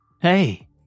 Hey